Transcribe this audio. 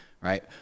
Right